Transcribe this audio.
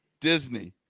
Disney